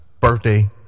birthday